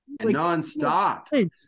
nonstop